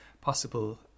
possible